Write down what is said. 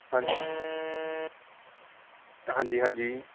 ਹਾਂ ਹਾਂਜੀ ਹਾਂਜੀ